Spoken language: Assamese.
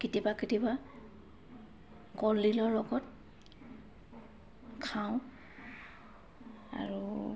কেতিয়াবা কেতিয়াবা কলদিলৰ লগত খাওঁ আৰু